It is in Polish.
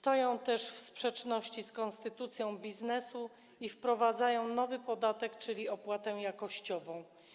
Pozostają one też w sprzeczności z konstytucją biznesu i wprowadzają nowy podatek, czyli opłatę jakościową.